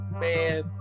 man